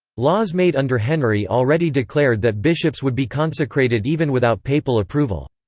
laws made under henry already declared that bishops would be consecrated even without papal approval.